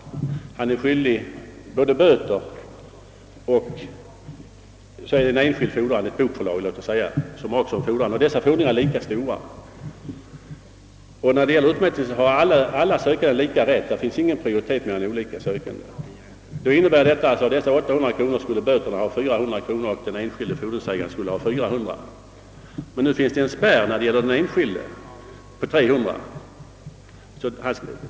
Han är skyldig böter, och dessutom har ett bokförlag en fordran på honom. Dessa belopp är lika stora. När det gäller utmätning har alla sökande samma rätt; det finns ingen prioritet därvidlag. Det innebär att av dessa 800 kronor skulle för böterna utmätas 400 kronor och för den enskilde fordringsägarens fordran 400 kronor. Nu finns det emellertid en spärr vid 300 kronor när det gäller enskild fordran.